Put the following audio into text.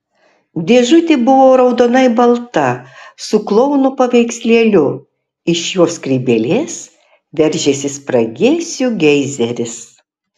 dėžutė buvo raudonai balta su klouno paveikslėliu iš jo skrybėlės veržėsi spragėsių geizeris